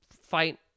fight